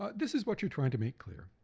ah this is what you're trying to make clear